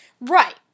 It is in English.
Right